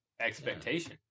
expectation